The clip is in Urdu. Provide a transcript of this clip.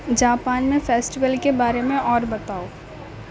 جاپان میں فیسٹیول کے بارے میں اور بتاؤ